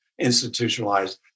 Institutionalized